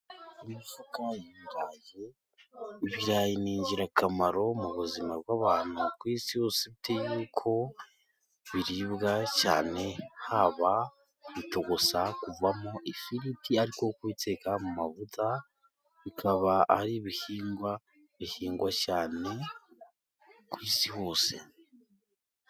Ibirayi ni ingirakamaro mu buzima bw'abantu ku isi hose, bitewe yuko biribwa cyane haba kubitogosa ,kuvamo ifiriti ,ariko kubiteka mu mavuta bikaba ari ibihingwa bihingwa cyane ku isi hose.